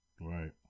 Right